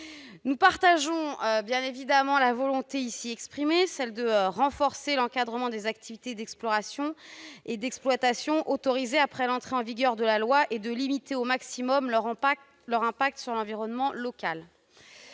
Nous partageons la volonté ici exprimée de renforcer l'encadrement des activités d'exploration et d'exploitation autorisées après l'entrée en vigueur de la loi et de limiter au maximum leur impact sur l'environnement local.